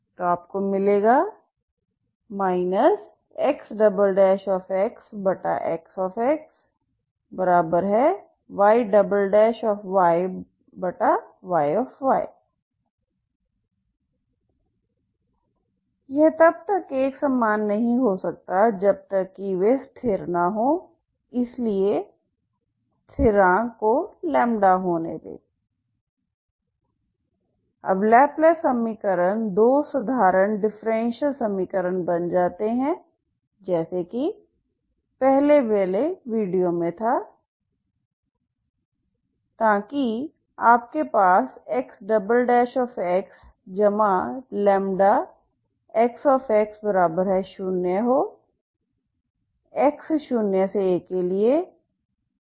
तो आपको मिलेगा XxXYY यह तब तक समान नहीं हो सकता जब तक कि वे स्थिर न हों इसलिए स्थिरांक को होने दें अब लैपलेस समीकरण दो साधारण डिफरेंशियल समीकरण बन जाता है जैसे कि पहले वाला वीडियो ताकि आपके पास XxλXx0 हो 0xa केलिए